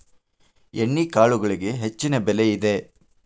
ಎಣ್ಣಿಕಾಳುಗಳಿಗೆ ಹೆಚ್ಚಿನ ಬೆಲೆ ಇದೆ